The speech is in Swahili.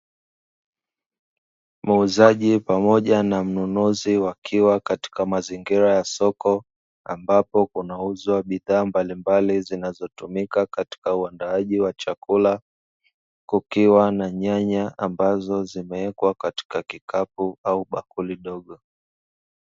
Muuzaji pamoja na mnunuzi wakiwa katika mazingira ya soko ambapo kunauzwa bidhaa mbalimbali zinazotumika katika uandaaji wa chakula, kukiwa na nyanya ambazo zimewekwa katika kikapu au bakuli dogo.